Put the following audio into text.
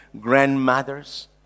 grandmothers